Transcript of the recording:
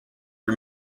for